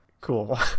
Cool